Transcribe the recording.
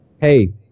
Hey